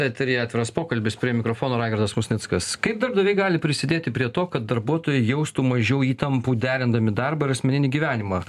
eteryje atviras pokalbis prie mikrofono raigardas musnickas kaip darbdaviai gali prisidėti prie to kad darbuotojai jaustų mažiau įtampų derindami darbą ir asmeninį gyvenimą